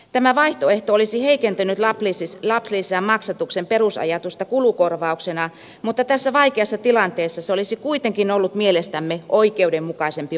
tämä vaihtoehto olisi heikentänyt lapsilisän maksatuksen perusajatusta kulukorvauksena mutta tässä vaikeassa tilanteessa se olisi kuitenkin ollut mielestämme oikeudenmukaisempi vaihtoehto